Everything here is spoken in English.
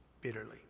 bitterly